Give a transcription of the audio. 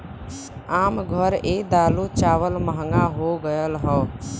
आम घर ए दालो चावल महंगा हो गएल हौ